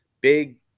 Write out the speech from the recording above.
big